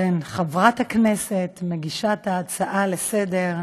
חברת הכנסת מגישת ההצעה לסדר-היום,